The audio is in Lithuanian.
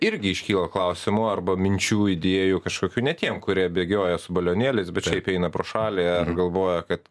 irgi iškyla klausimų arba minčių idėjų kažkokių ne tiem kurie bėgioja su balionėliais bet eina pro šalį ar galvoja kad